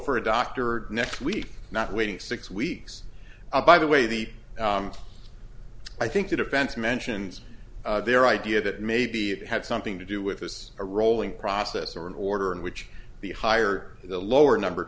for a doctor next week not waiting six weeks a by the way the i think the defense mentions their idea that maybe it had something to do with this a rolling process or an order in which the higher the lower number of